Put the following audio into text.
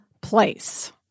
place